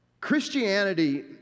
Christianity